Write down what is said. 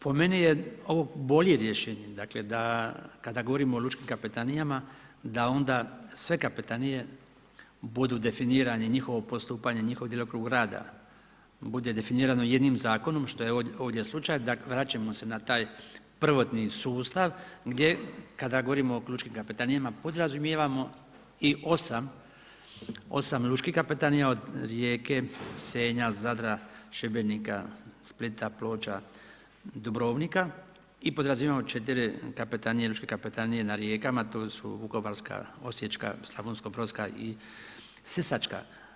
Po meni je ovo bolje rješenje dakle da kada govorimo o lučkim kapetanijama, da onda sve kapetanije budu definirane njihovo postupanje, njihov djelokrug rada, da bude definirano jednim zakonom što je ovdje slučaj, dakle vraćamo se na taj prvotni sustav gdje kada govorimo o lučkim kapetanijama, podrazumijevamo i 8 lučkih kapetanija, od Rijeke, Senja, Zadra, Šibenika, Splita, Ploča, Dubrovnika i podrazumijevamo 4 kapetanije, lučke kapetanije na rijekama, to su vukovarska, osječka, slavonsko-brodska i sisačka.